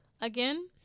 again